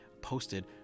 posted